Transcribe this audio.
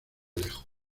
lejos